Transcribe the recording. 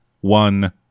one